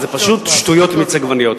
אבל זה פשוט שטויות במיץ עגבניות.